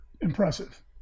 impressive